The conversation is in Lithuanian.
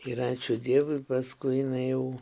ir ačiū dievui paskui jinai jau